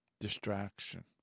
Distraction